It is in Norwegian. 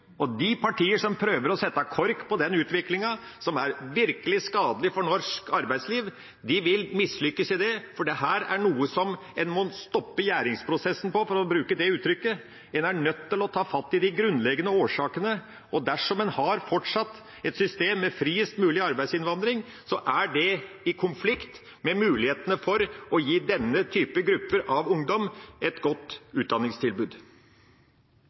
Og de partier som prøver å sette kork på den utviklingen, som er virkelig skadelig for norsk arbeidsliv, vil mislykkes i det, for her må man stoppe gjæringsprosessen – for å bruke det uttrykket. Man er nødt til å ta fatt i de grunnleggende årsakene. Og dersom man fortsetter å ha et system med friest mulig arbeidsinnvandring, er det i konflikt med mulighetene for å gi denne gruppen av ungdom et godt utdanningstilbud.